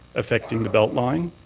affecting the beltline.